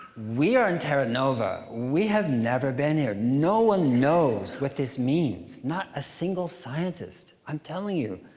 we are in terra nova. we have never been here. no one knows what this means. not a single scientist. i'm telling you.